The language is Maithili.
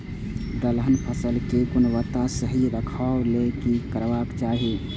दलहन फसल केय गुणवत्ता सही रखवाक लेल की करबाक चाहि?